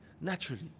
naturally